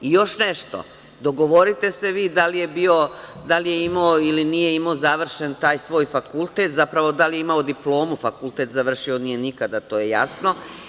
Još nešto, dogovorite se vi da li je bio, da li je imao ili nije imao završen taj svoj fakultet, zapravo da li je imao diplomu, fakultet završio nije nikada, to je jasno.